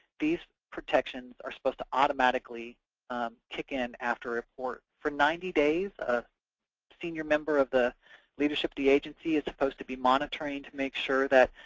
these protections are supposed to automatically kick in after a report. for ninety days, a senior member of the leadership at the agency is supposed to be monitoring to make sure that,